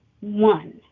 one